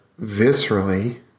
viscerally